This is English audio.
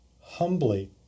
humbly